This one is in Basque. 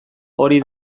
hori